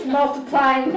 multiplying